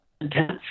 intense